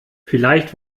vielleicht